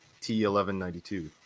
T1192